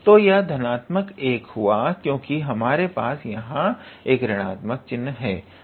तो यह धनात्मक 1 हुआ क्योंकि हमारे पास यहाँ एक ऋणात्मक चिन्ह है